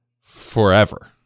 forever